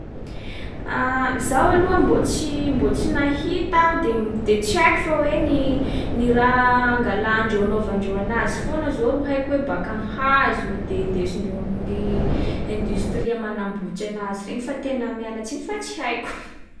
Zaho aloha mbô tsy- mbô tsy nahita aho de m- de tsy haiko fa hoe gny- ny raha angalandreo anaovandreo anazy foana zao ro haiko hoe baka am'hazo. De indesindreo amnin’ny industrie manamboatsy anazy fa tena miala tsiny fa tsy haiko.